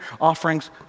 offerings